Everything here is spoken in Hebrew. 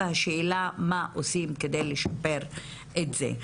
והשאלה מה עושים כדי לשפר את זה.